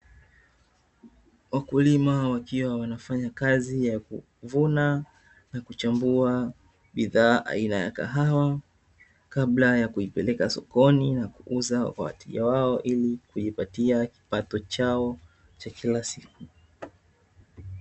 Wakulima wakiwa wanafanya kazi ya kuvuna na kuchambua bidhaa aina ya kahawa kabla ya kuipeleka sokoni na kuuza wao, ili kujipatia kipato chao cha kila siku.